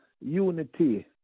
Unity